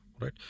right